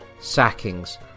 sackings